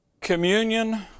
communion